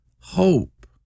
hope